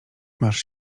masz